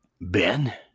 Ben